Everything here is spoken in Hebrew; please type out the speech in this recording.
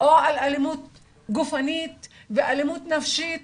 או על אלימות גופנית ואלימות נפשית